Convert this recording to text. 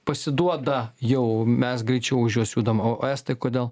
pasiduoda jau mes greičiau už juos judam o estai kodėl